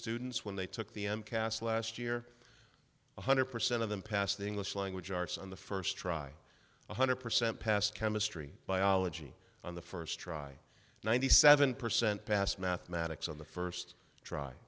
students when they took the m cast last year one hundred percent of them passed english language arts on the first try one hundred percent passed chemistry biology on the first try ninety seven percent passed mathematics on the first try